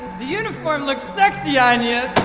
the uniform looks sexy on ya